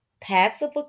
Passive